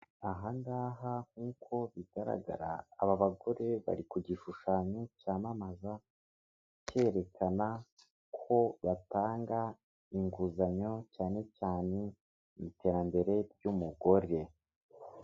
Aha ngaha nk'uko bigaragara, aba bagore bari ku gishushanyo cyamamaza, cyerekana ko batanga inguzanyo cyane cyane mu iterambere ry'umugore.